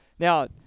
Now